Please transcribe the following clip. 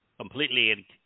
completely